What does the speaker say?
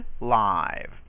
live